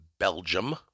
Belgium